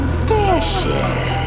special